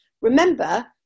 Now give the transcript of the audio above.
Remember